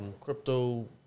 crypto